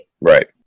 Right